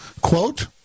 Quote